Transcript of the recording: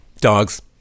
Dogs